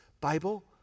Bible